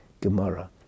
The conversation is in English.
Gemara